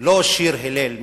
לא שיר הלל.